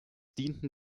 dienten